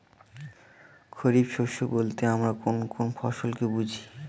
খরিফ শস্য বলতে আমরা কোন কোন ফসল কে বুঝি?